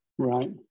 Right